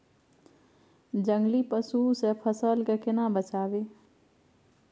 जंगली पसु से फसल के केना बचावी?